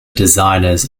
designers